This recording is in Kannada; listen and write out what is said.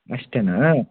ಅಷ್ಟೇನಾ